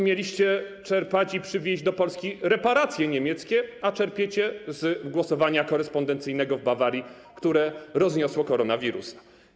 Mieliście czerpać i przywieźć do Polski reparacje niemieckie, a czerpiecie z głosowania korespondencyjnego w Bawarii, które rozniosło koronawirusa.